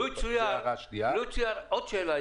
עוד שאלה.